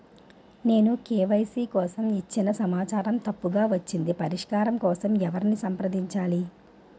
నేను కే.వై.సీ కోసం ఇచ్చిన సమాచారం తప్పుగా వచ్చింది పరిష్కారం కోసం ఎవరిని సంప్రదించాలి?